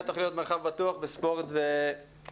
מנהלת תוכניות מרחב בטוח בספורט ב"אתנה".